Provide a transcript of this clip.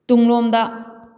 ꯇꯨꯡꯂꯣꯝꯗ